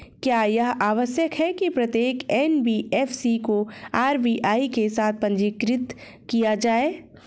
क्या यह आवश्यक है कि प्रत्येक एन.बी.एफ.सी को आर.बी.आई के साथ पंजीकृत किया जाए?